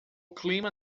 clima